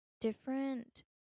different